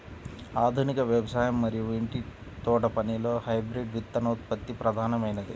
ఆధునిక వ్యవసాయం మరియు ఇంటి తోటపనిలో హైబ్రిడ్ విత్తనోత్పత్తి ప్రధానమైనది